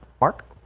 mark